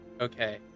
Okay